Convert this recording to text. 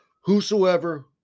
Whosoever